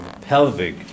pelvic